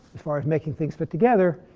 as far as making things fit together,